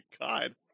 God